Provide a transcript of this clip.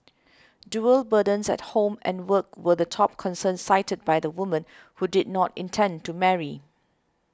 dual burdens at home and work were the top concern cited by the women who did not intend to marry